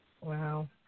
Wow